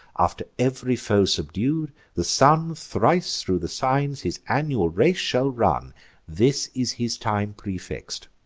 after ev'ry foe subdued, the sun thrice thro' the signs his annual race shall run this is his time prefix'd.